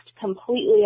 completely